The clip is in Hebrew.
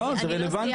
לא, זה רלוונטי.